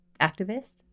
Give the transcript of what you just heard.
activist